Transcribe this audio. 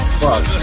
fuck